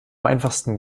einfachsten